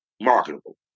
marketable